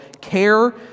care